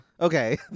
okay